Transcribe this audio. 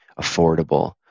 affordable